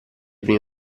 prime